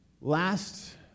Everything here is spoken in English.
last